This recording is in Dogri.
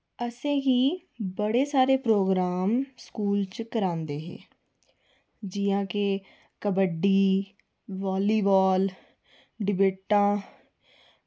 असेंगी बड़े सारे प्रोग्राम स्कूल च करांदे हे जि'यां कि कबड्डी वॉलीबॉल डिबेटां